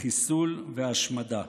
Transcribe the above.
בחיסול והשמדה".